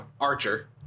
archer